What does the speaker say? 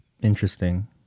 interesting